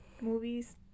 movies